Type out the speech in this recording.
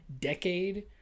decade